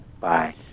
Bye